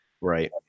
Right